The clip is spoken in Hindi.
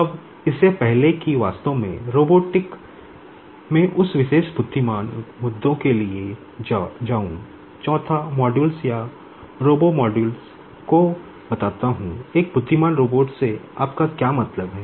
अब इससे पहले कि मैं वास्तव में रोबोटिक्स को बताता हूं कि एक बुद्धिमान रोबोट से आपका क्या मतलब है